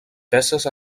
peces